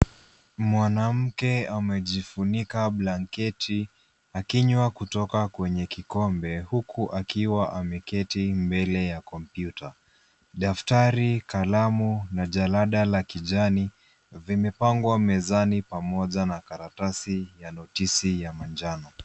Mwanamke amejifunika blanketi akinywa kutoka kwenye kikombe huku akiwa ameketi mbele ya kompyuta. Daftari, kalamu na jalada la kijani vimepangwa mezani pamoja na karatasi ya notisi ya manjano.